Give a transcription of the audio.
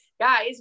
guys